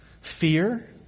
Fear